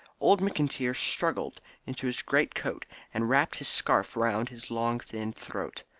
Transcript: old mcintyre struggled into his great-coat and wrapped his scarf round his long thin throat.